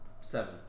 Seven